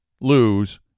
lose